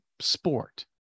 sport